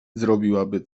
zrobiłaby